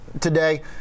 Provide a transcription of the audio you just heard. today